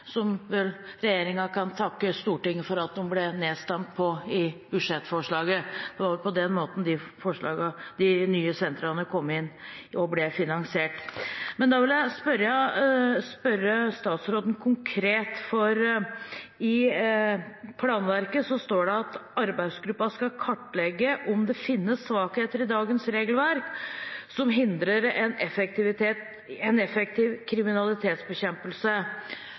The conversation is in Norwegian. kan vel takke Stortinget for at deres budsjettforslag ble nedstemt. Det var på den måten de nye sentrene kom inn og ble finansiert. Da vil jeg spørre statsråden konkret, for i planverket står det at arbeidsgruppen skal kartlegge om det finnes svakheter i dagens regelverk som hindrer en effektiv kriminalitetsbekjempelse: